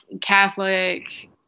Catholic